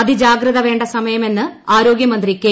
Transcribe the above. അതിജാഗ്രത വേണ്ട സമയമെന്ന് ആരോഗൃമന്ത്രി കെ